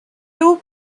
two